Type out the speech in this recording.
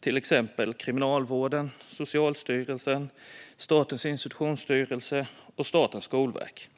till exempel Kriminalvården, Socialstyrelsen, Statens institutionsstyrelse och Statens skolverk.